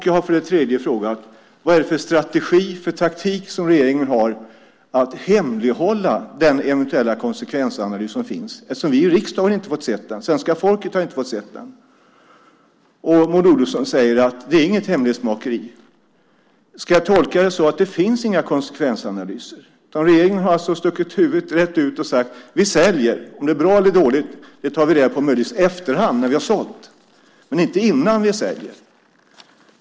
Jag har för det tredje frågat: Vad är det för strategi, för taktik, som regeringen har att hemlighålla den eventuella konsekvensanalys som finns eftersom vi i riksdagen inte har fått se den? Svenska folket har inte fått se den. Maud Olofsson säger att det inte är något hemlighetsmakeri. Ska jag tolka det som att det inte finns några konsekvensanalyser? Regeringen har alltså stuckit huvudet rätt ut och sagt att vi säljer. Om det är bra eller dåligt tar vi möjligtvis reda på i efterhand, när vi redan har sålt, men inte innan vi säljer.